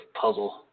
puzzle